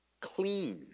clean